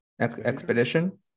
expedition